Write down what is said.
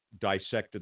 dissected